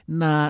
na